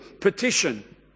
petition